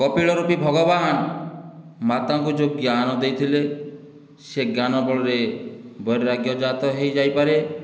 କପିଳ ରୂପୀ ଭଗବାନ ମାତାଙ୍କୁ ଯେଉଁ ଜ୍ଞାନ ଦେଇଥିଲେ ସେ ଜ୍ଞାନ ବଳରେ ବୈରାଗ୍ୟ ଜାତ ହୋଇଯାଇପାରେ